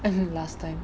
as in last time